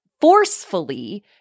forcefully